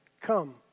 Come